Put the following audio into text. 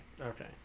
okay